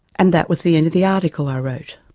and that was the end of the article i wrote.